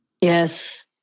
Yes